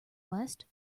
west